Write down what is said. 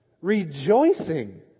rejoicing